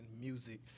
music